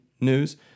news